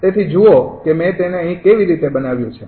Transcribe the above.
તેથી જુઓ કે મેં તેને અહીં કેવી રીતે બનાવ્યું છે